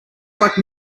black